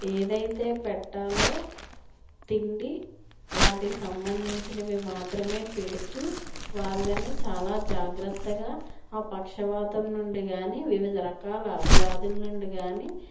ఏదైతే పెట్టాలో తిండి వాటికి సంబంధించినవి మాత్రమే పెడుతూ వాళ్ళని చాలా జాగ్రత్తగా ఆ పక్షవాతం నుండి కానీ వివిధ రకాల వ్యాధుల నుండి కానీ